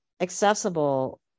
accessible